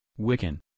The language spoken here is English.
Wiccan